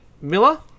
Miller